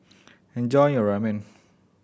enjoy your Ramen